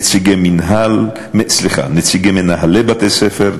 נציגי מנהלי בתי-ספר,